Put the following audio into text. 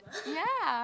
ya